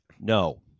No